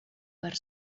per